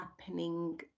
happening